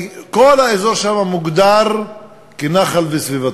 כי כל האזור שם מוגדר "נחל וסביבתו".